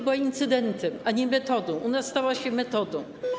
Było to incydentem, a nie metodą, u nas stało się metodą.